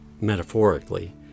metaphorically